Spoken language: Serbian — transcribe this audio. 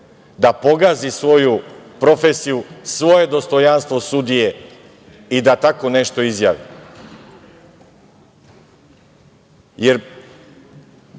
da pogazi svoju profesiju, svoje dostojanstvo sudije i da tako nešto izjavi. Sudije